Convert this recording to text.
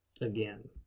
Again